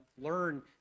learn